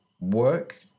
work